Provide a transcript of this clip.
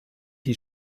die